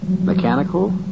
Mechanical